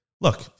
Look